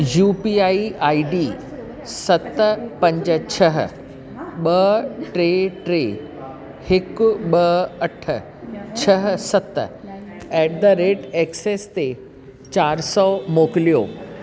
U P I I D सत पंज छह ॿ टे टे हिकु ॿ अठ छह सत एट द रेट एक्सिस ते चार सौ मोकिलियो